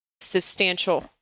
substantial